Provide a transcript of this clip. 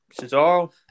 Cesaro